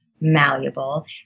malleable